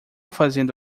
fazendo